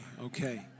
okay